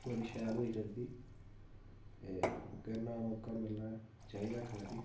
बड़ी शैल होई सकदी ते करने दा मौका मिलना चाहिदा इक बारी